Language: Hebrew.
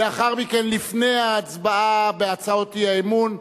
לאחר מכן, לפני ההצבעה על הצעות האי-אמון,